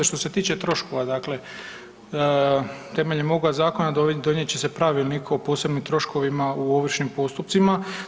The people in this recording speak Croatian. Što se tiče troškova, dakle temeljem ovoga zakona donijet će se Pravilnik o posebnim troškovima u ovršnim postupcima.